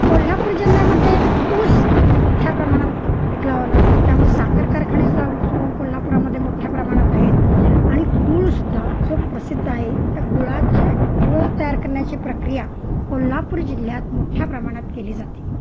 कोल्हापूर जिल्ह्यामध्ये ऊस मोठ्या प्रमाणात पिक लावलं जातं त्यामुळे साखर कारखाने सुद्धा इथे कोल्हापुरामध्ये मोठ्या प्रमाणात आहेत आणि गुळ सुद्धा जो प्रसिद्ध आहे त्या गुळाचे गुळ तयार करण्याची प्रक्रिया कोल्हापूर जिल्ह्यात मोठ्या प्रमाणात केली जाते